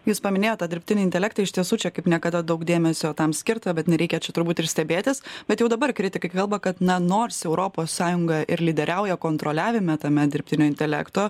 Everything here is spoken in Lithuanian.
jūs paminėjot tą dirbtinį intelektą iš tiesų čia kaip niekada daug dėmesio tam skirta bet nereikia čia turbūt ir stebėtis bet jau dabar kritikai kvelba kad nors europos sąjunga ir lyderiauja kontroliavime tame dirbtinio intelekto